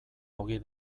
ogi